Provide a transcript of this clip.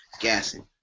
Gassing